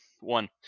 one